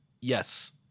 yes